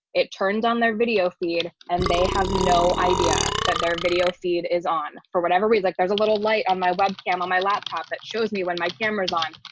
it turns on their video feed and they have no idea that their video feed is on for whatever we like there's a little light on my webcam on my laptop that shows me when my kids cameras on.